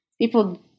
people